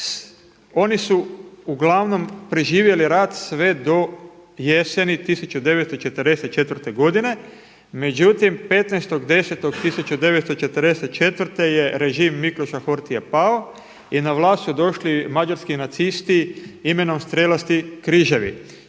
oni su uglavnom preživjeli rat sve do jeseni 1944. godine, međutim 15.10. 1944. je režim …/Govornik se ne razumije./… pao i na vlast su došli mađarski nacisti imenom strelasti križevi